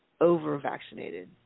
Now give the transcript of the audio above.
over-vaccinated